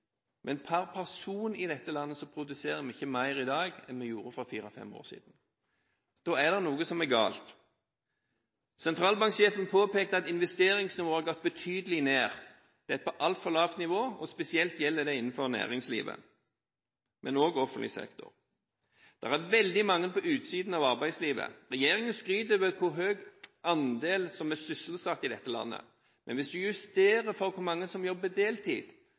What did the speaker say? men per person i dette landet produserer vi ikke mer i dag enn vi gjorde for fire–fem år siden. Da er det noe som er galt. Sentralbanksjefen påpekte at investeringsnivået har gått betydelig ned, det er på et altfor lavt nivå. Spesielt gjelder det innenfor næringslivet, men også i offentlig sektor. Det er veldig mange som er på utsiden av arbeidslivet. Regjeringen skryter av hvor høy andel som er sysselsatt i dette landet, men hvis en justerer for hvor mange som jobber deltid,